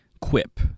quip